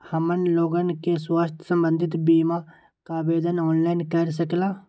हमन लोगन के स्वास्थ्य संबंधित बिमा का आवेदन ऑनलाइन कर सकेला?